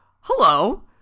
hello